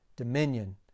dominion